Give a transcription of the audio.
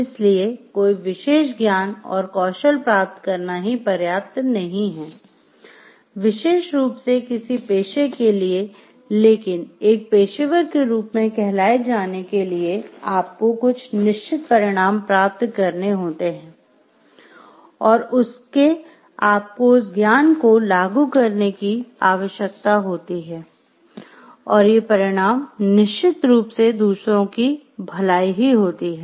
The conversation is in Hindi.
इसलिए कोई विशेष ज्ञान और कौशल प्राप्त करना ही पर्याप्त नहीं है विशेष रूप से किसी पेशे के लिए लेकिन एक पेशेवर के रूप में कहलाये जाने के लिए आपको कुछ निश्चित परिणाम प्राप्त करने होते है और उसके आपको उस ज्ञान को लागू करने की आवश्यकता होती है और ये परिणाम निश्चित रूप से दूसरों की भलाई ही होती है